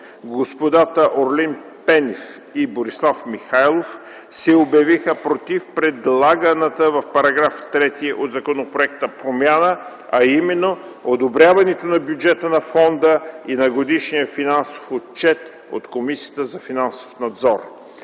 господата Орлин Пенев и Борислав Михайлов се обявиха против предлаганата в § 3 от законопроекта промяна, а именно одобряването на бюджета на фонда и на годишния финансов отчет от Комисията за финансов надзор.